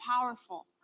powerful